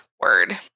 Word